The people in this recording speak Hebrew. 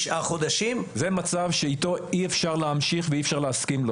זה מצב שאיתו אי אפשר להמשיך ואי אפשר להסכים לו,